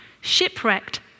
shipwrecked